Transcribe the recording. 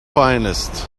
finest